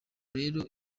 rero